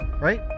right